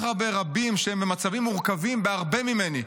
הרבה רבים שהם במצבים מורכבים בהרבה ממני,